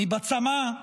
מי בצמא",